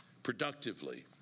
productively